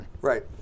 Right